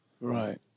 Right